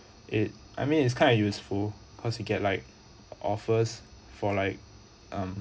it I mean it's kind of useful cause you get like offers for like um